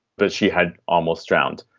but she had almost drowned.